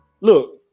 look